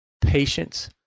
patience